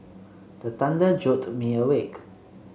the thunder jolt me awake